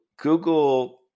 Google